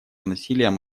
насилием